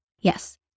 Yes